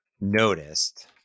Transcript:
noticed